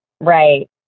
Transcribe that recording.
Right